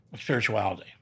spirituality